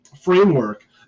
framework